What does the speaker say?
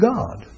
God